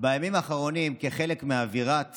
בימים האחרונים, כחלק מאווירת